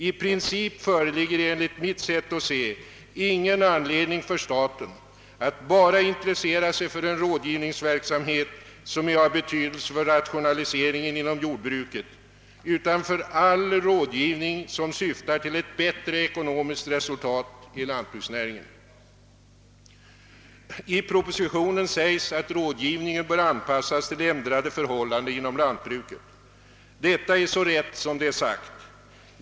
I princip föreligger enligt mitt sätt att se ingen anledning för staten att bara intressera sig för den rådgivningsverksamhet, som är av betydelse för rationaliseringen inom jordbruket, utan staten bör intressera sig för all rådgivning som syftar till ett bättre ekonomiskt resultat i lantbruksnäringen. I propositionen sägs, att rådgivningen bör anpassas till ändrade förhållanden inom lantbruket — och det är så rätt som det är sagt.